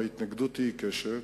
וההתנגדות היא עיקשת,